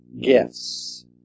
gifts